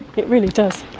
it really does.